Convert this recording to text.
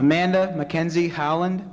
amanda mackenzie howland